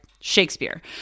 Shakespeare